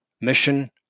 Mission